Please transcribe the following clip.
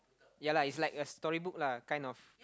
ya lah it's like a story book lah kind of